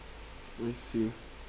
I see